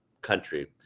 country